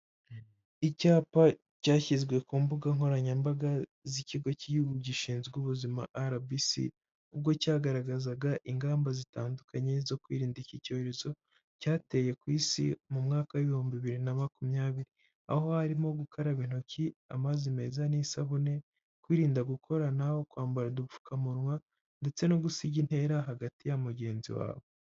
Icyapa cyashyizwe ku mbuga nkoranyambaga z'ikigo k'igihugu gishinzwe ubuzima RBC, ubwo cyagaragazaga ingamba zitandukanye zo kwirinda iki cyorezo cyateye ku isi mu mwaka w'ibihumbi bibiri na makumyabiri, aho harimo gukaraba intoki, amazi meza n'isabune, kwirinda gukoranaho, kwambara udupfukamunwa ndetse no gusiga intera hagati ya mugenzi wawe.